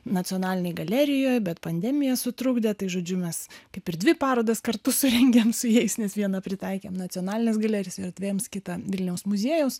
nacionalinėj galerijoj bet pandemija sutrukdė tai žodžiu mes kaip ir dvi parodas kartu surengėm su jais nes viena pritaikėm nacionalinės galerijos erdvėms kitą vilniaus muziejaus